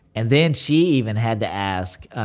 and then she even had to ask,